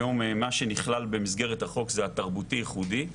היום מה שנכלל במסגרת החוק זה התרבותי ייחודי.